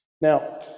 Now